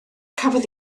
cafodd